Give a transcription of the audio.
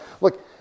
Look